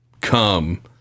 come